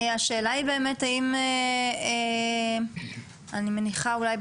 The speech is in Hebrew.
השאלה היא באמת אני מניחה אולי,